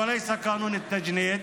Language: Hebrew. ולא חוק הגיוס.